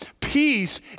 Peace